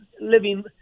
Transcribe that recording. living